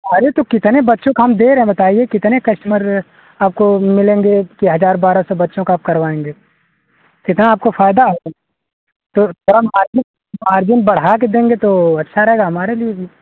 अरे तो कितने बच्चों को हम दे रहे बताइये कितने कस्टमर आपको मिलेंगे कि हजार बारह सौ बच्चों का आप करवायेंगे इतना आपको फायदा है तो थोड़ा मार्जिन मार्जिन बढ़ा कर देंगे तो अच्छा रहेगा हमारे भी